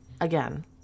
again